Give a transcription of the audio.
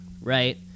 right